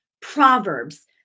Proverbs